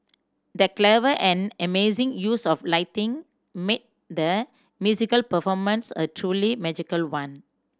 the clever and amazing use of lighting made the musical performance a truly magical one